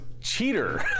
cheater